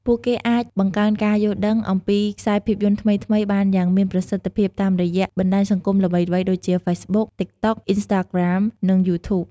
ពួកគេអាច បង្កើនការយល់ដឹង អំពីខ្សែភាពយន្តថ្មីៗបានយ៉ាងមានប្រសិទ្ធភាពតាមរយៈបណ្ដាញសង្គមល្បីៗដូចជា ហ្វេសប៊ុក (Facebook), តិកតុក (TikTok), អុីនស្តាក្រាម (Instagram), និង យូធូប (YouTube)។